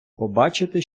побачити